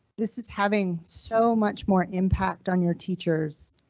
this is having so much more impact on your teachers.